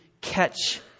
catch